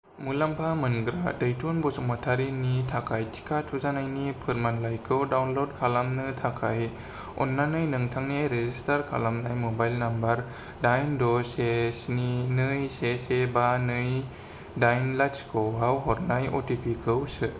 मुलामफा मोनग्रा दैथुन बसुमातारिनि थाखाय टिका थुजानायनि फोरमानलाइखौ डाउनल'ड खालामनो थाखाय अन्नानै नोंथांनि रेजिसटार खालामजानाय म'बाइल नाम्बर दाइन द' से स्नि नै से से बा नै दाइन लाथिख' आव हरनाय अ टि पि खौ सो